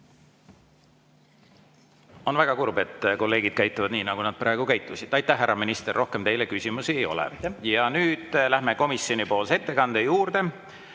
On väga kurb, et kolleegid käituvad nii, nagu praegu käituti. Aitäh, härra minister, rohkem teile küsimusi ei ole. Ja nüüd läheme komisjonipoolse ettekande juurde